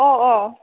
अअ